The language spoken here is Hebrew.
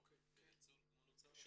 כמה נוצל?